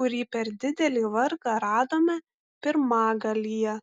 kurį per didelį vargą radome pirmagalyje